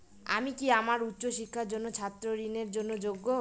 আমি কি আমার উচ্চ শিক্ষার জন্য ছাত্র ঋণের জন্য যোগ্য?